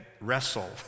wrestle